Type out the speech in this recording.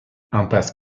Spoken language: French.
impasse